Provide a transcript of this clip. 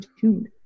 tuned